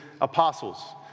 apostles